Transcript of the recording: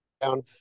down